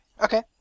okay